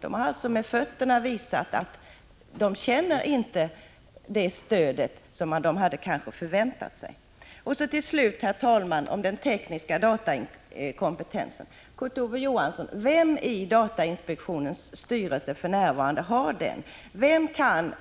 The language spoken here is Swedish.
De har alltså med fötterna visat att de inte känner det stöd som de kanske hade förväntat sig. Till slut, herr talman, vill jag säga något om den tekniska datakompetensen. Kurt Ove Johansson, vem i datainspektionens styrelse har för närvarande denna kompetens? Vem kan